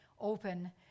open